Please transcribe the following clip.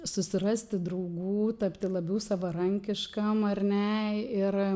susirasti draugų tapti labiau savarankiškam ar ne ir